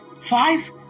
Five